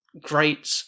great